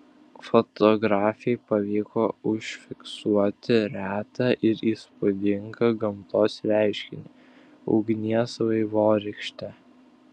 fotografei pavyko užfiksuoti retą ir įspūdingą gamtos reiškinį ugnies vaivorykštę